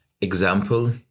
Example